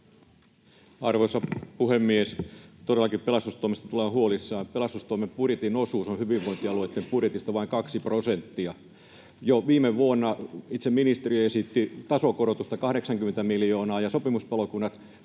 Arvoisa puhemies! Todellakin pelastustoimesta tulee olla huolissaan. Pelastustoimen budjetin osuus on hyvinvointialueitten budjetista vain kaksi prosenttia. Jo viime vuonna itse ministeriö esitti tasokorotusta 80 miljoonaa ja sopimuspalokunnille